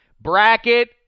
bracket